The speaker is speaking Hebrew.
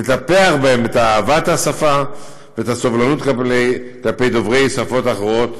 לטפח בהם את אהבת השפה ואת הסובלנות כלפי דוברי שפות אחרות,